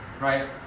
right